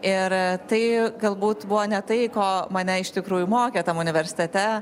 ir tai galbūt buvo ne tai ko mane iš tikrųjų mokė universitete